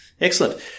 Excellent